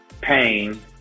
pain